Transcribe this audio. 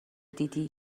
دیدی